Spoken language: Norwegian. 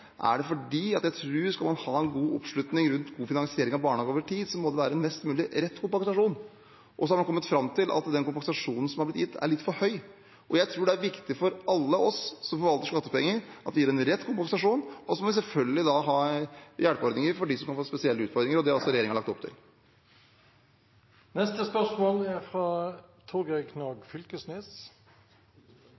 det fordi jeg tror at skal man ha en god oppslutning rundt god finansering av barnehager over tid, må det være mest mulig rett kompensasjon. Så er man nå kommet fram til at den kompensasjonen som er blitt gitt, er litt for høy. Jeg tror det er viktig for alle oss som forvalter skattepenger, at vi gir rett kompensasjon. Og så må vi selvfølgelig ha hjelpeordninger for dem som har fått spesielle utfordringer, og det har regjeringen lagt opp til Vi går til neste hovedspørsmål. Vi er